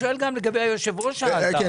גם לגבי היושב-ראש שאלת.